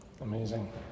Amazing